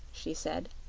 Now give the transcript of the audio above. she said.